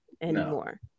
anymore